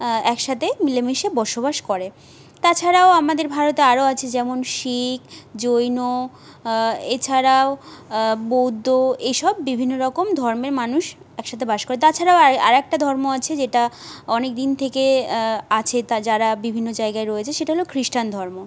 একসাথে মিলেমিশে বসবাস করে তাছাড়াও আমাদের ভারতে আরো আছে যেমন শিখ জৈন এছাড়াও বৌদ্ধ এসব বিভিন্ন রকম ধর্মের মানুষ একসাথে বাস করে তাছাড়াও আরেকটা ধর্ম আছে যেটা অনেকদিন থেকে আছে যারা বিভিন্ন জায়গায় রয়েছে সেটা হল খ্রিস্টান ধর্ম